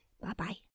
Bye-bye